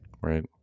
Right